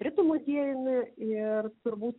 britų muziejumi ir turbūt